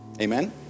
Amen